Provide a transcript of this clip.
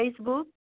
Facebook